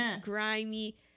grimy